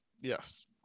Yes